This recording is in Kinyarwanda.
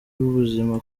w’ubuzima